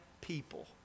people